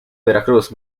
veracruz